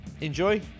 enjoy